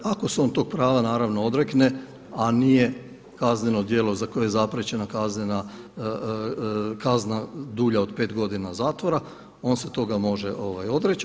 Ako se on tog prava naravno odrekne, a nije kazneno djelo za koje je zapriječena kazna dulja od pet godina zatvora, on se toga može odreći.